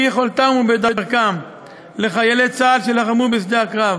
יכולתם ובדרכם לחיילי צה"ל שלחמו בשדה הקרב.